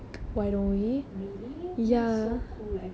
really that's so cool actually you know